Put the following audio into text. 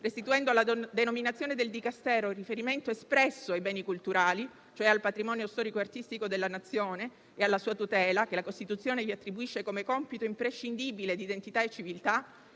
restituendo alla denominazione del Dicastero il riferimento espresso ai beni culturali (cioè al patrimonio storico e artistico della Nazione e alla sua tutela che la Costituzione gli attribuisce come compito imprescindibile d'identità e civiltà),